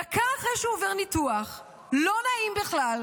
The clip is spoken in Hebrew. דקה אחרי שהוא עובר ניתוח לא נעים בכלל,